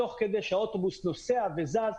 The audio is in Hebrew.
תוך כדי שהאוטובוס נוסע וזז.